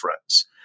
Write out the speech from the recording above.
friends